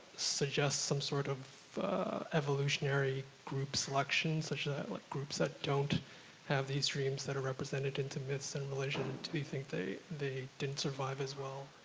suggest some sort of evolutionary group selection, such that groups that don't have these dreams that are represented into myths and legend, do you think they they didn't survive as well?